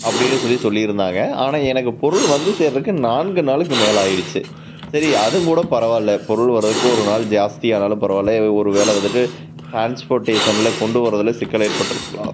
அப்படினு சொல்லி சொல்லியிருந்தாங்க ஆனால் எனக்கு பொருள் வந்து சேர்கிறதுக்கு நான்கு நாளுக்கு மேலே ஆகிடுச்சு சரி அதுவும் கூட பரவாயில்லை பொருள் வர்றதுக்கு ஒரு நாள் ஜாஸ்தி ஆனாலும் பரவாயில்லை அது ஒருவேளை வந்துவிட்டு டிரான்ஸ்போர்ட்டேஷனில் கொண்டு வர்றதில் சிக்கல் ஏற்பட்டிருக்கலாம்